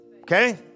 Okay